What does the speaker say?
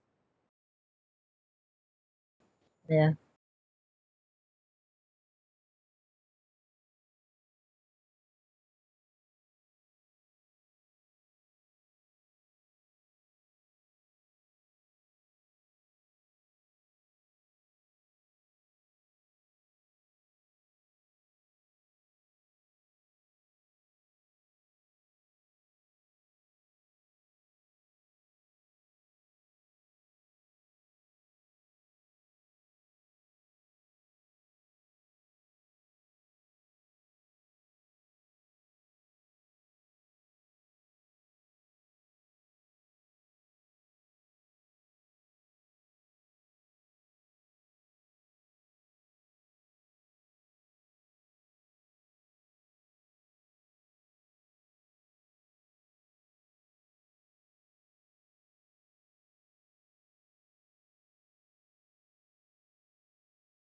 yeah